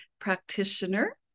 practitioner